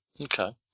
Okay